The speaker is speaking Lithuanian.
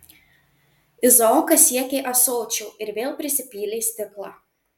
izaokas siekė ąsočio ir vėl prisipylė stiklą